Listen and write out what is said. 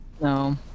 No